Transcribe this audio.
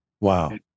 Wow